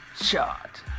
shot